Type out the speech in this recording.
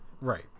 Right